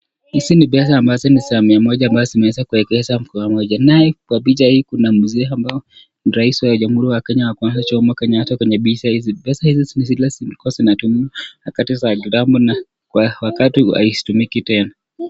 Hizi ni pesa ambazo ni za mia moja ambazo zimeweza kuegezwa pamoja. Naye kwa picha hii kuna mzee ambao rais wa Jamhuri ya Kenya wa kwanza Mzee Jomo Kenyata. Pesa hizi ni pesa ambazo zilikuwa ziantumika kitambo sana na wakati huu hazitumiki tena.